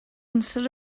instead